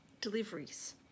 deliveries